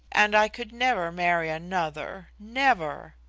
and i could never marry another never.